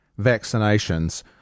vaccinations